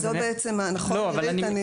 נכון, נירית?